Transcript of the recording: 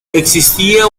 existía